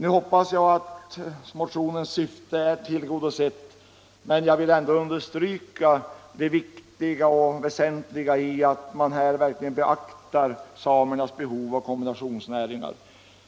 Nu hoppas också jag att motionens syfte är tillgodosett, men jag vill ändå understryka det viktiga och väsentliga i att man här verkligen beaktar samernas behov av kombinationsnäringar.